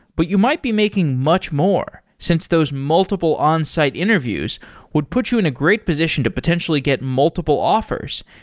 but you might be making much more since those multiple onsite interviews would put you in a great position to potentially get multiple offers,